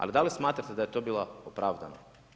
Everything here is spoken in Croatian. Ali, da li smatrate da je to bilo opravdano.